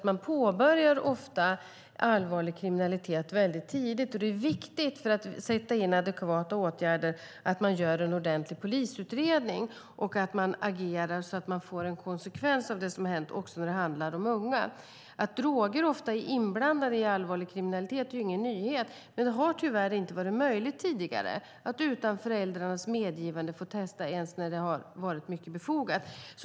Man påbörjar ofta allvarlig kriminalitet väldigt tidigt, och för att sätta in adekvata åtgärder är det viktigt att göra en ordentlig polisutredning och agera så att också unga får en konsekvens av det som har hänt. Att droger ofta är inblandade i allvarlig kriminalitet är ingen nyhet, men det har tidigare tyvärr inte varit möjligt att få testa utan föräldrarnas medgivande ens när det har varit mycket befogat.